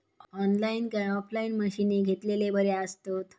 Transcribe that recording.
Online काय offline मशीनी घेतलेले बरे आसतात?